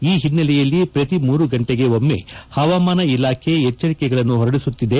ಈ ಹಿನ್ನೆಲೆಯಲ್ಲಿ ಶ್ರತಿ ಮೂರು ಗಂಟೆಗೆ ಒಮ್ನೆ ಹವಾಮಾನ ಇಲಾಖೆ ಎಚ್ಚರಿಕೆಗಳನ್ನು ಹೊರಡಿಸುತ್ತಿದೆ